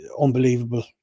unbelievable